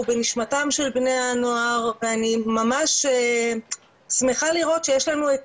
הוא בנשמתם של בני הנוער ואני ממש שמחה לראות שיש לנו את